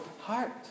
heart